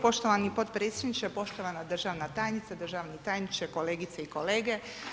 Poštovani potpredsjedniče, poštovana državna tajnice, državni tajniče, kolegice i kolege.